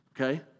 okay